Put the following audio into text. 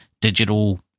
digital